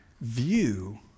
view